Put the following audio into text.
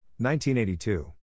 1982